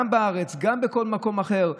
גם בארץ וגם בכל מקום אחר.